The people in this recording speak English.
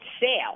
sale